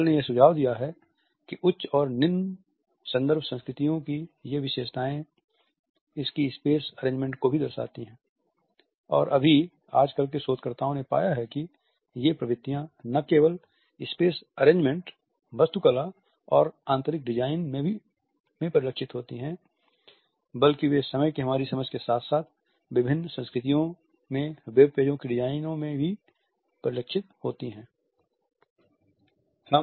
hall ने यह भी सुझाव दिया है कि उच्च और निम्न संदर्भ संस्कृतियों की ये विशेषताएं इसकी स्पेस अरेंजमेंट को भी दर्शाती हैं और अभी आज कल के शोधकर्ताओं ने पाया है कि ये प्रवृत्तियां न केवल स्पेस अरेंजमेंट वास्तुकला और आंतरिक डिजाइन में परिलक्षित होती हैं वे समय की हमारी समझ के साथ साथ विभिन्न संस्कृतियों में वेब पेजों की डिजाइनिंग में भी परिलक्षित होती हैं